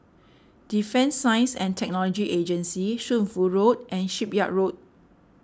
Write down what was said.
Defence Science and Technology Agency Shunfu Road and Shipyard Road